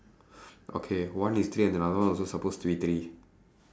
okay one is three and another one also supposed to be three